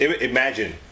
Imagine